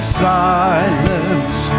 silence